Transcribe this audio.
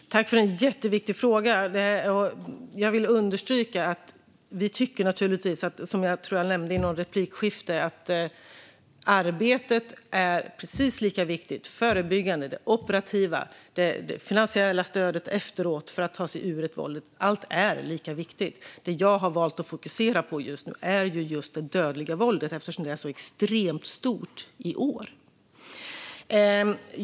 Herr talman! Jag tackar för en jätteviktig fråga. Jag vill understryka att vi naturligtvis tycker, som jag tror att jag nämnde i något replikskifte, att det arbetet är precis lika viktigt. Det handlar om det förebyggande, om det operativa och om det finansiella stödet efteråt för att ta sig ur detta. Allt är lika viktigt. Det jag har valt att fokusera på just nu är det dödliga våldet, eftersom det är extremt omfattande i år.